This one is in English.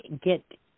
get